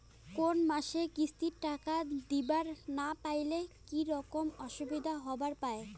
কোনো মাসে কিস্তির টাকা দিবার না পারিলে কি রকম অসুবিধা হবার পায়?